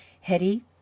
Hetty